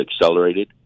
accelerated